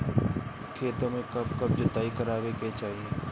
खेतो में कब कब जुताई करावे के चाहि?